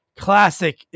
classic